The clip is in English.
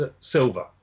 silver